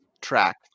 Track